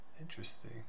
Interesting